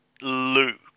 Luke